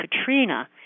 Katrina